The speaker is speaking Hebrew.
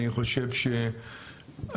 אני חושב שהבעיה,